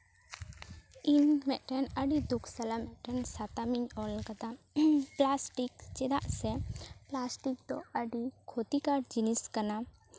ᱤᱧ ᱢᱤᱫᱴᱮᱱ ᱟᱹᱰᱤ ᱫᱩᱠ ᱥᱟᱞᱟᱜ ᱢᱤᱫᱴᱮᱱ ᱥᱟᱛᱟᱢ ᱤᱧ ᱚᱞ ᱠᱟᱫᱟ ᱯᱞᱟᱥᱴᱤᱠ ᱪᱮᱫᱟᱜ ᱥᱮ ᱯᱞᱟᱥᱴᱤᱠ ᱫᱚ ᱟᱹᱰᱤ ᱠᱷᱚᱛᱤᱠᱚᱨ ᱡᱤᱱᱤᱥ ᱠᱟᱱᱟ